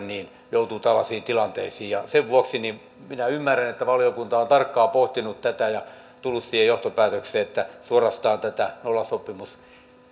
joutuvat tällaisiin tilanteisiin sen vuoksi minä ymmärrän että valiokunta on tarkkaan pohtinut tätä ja tullut siihen johtopäätökseen että tätä nollasopimusta